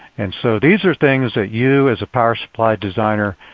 and so these are things that you, as a power supply designer,